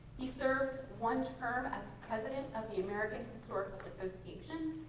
he served one term as president of the american historical association.